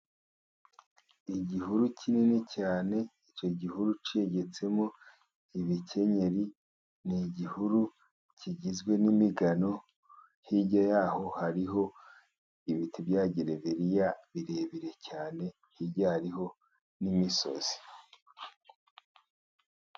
Igihuru kinini cyane icyo gihuru cyegetsemo ibikenyeri, ni igihuru kigizwe n'imigano, hirya yaho hariho ibiti bya gereveriya birebire cyane, hirya hariho n'imisozi.